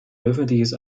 öffentliches